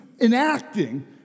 enacting